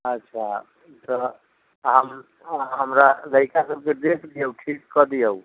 अच्छा तऽ अहाँ हमरा लड़िका सभके देख दियौ ठीक कऽ दियौ